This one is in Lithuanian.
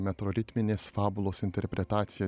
metroritminės fabulos interpretacija